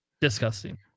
disgusting